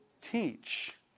teach